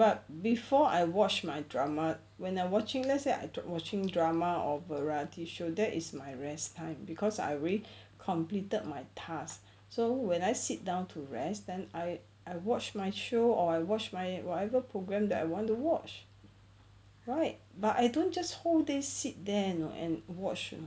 but before I watch my drama when I'm watching let's say I watching drama or variety show that is my rest time cause I already completed my task so when I sit down to rest then I I watch my show or I watch my whatever program that I want to watch right but I don't just whole day sit there and watch you know